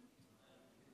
אדוני